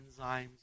enzymes